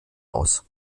aus